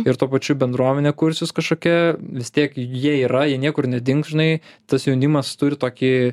ir tuo pačiu bendruomenė kursis kažkokia vis tiek jie yra jie niekur nedings žinai tas jaunimas turi tokį